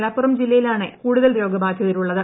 മലപ്പുറം ജില്ലയിലാണ് കൂടുതൽ രോഗബധിതരുള്ളത്